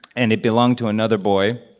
and it belonged to another boy.